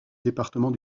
département